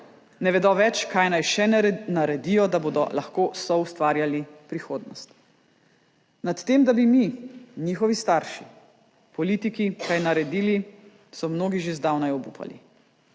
ne vedo več, kaj naj še naredijo, da bodo lahko soustvarjali prihodnost. Nad tem, da bi mi, njihovi starši, politiki, kaj naredili, so mnogi že zdavnaj obupali.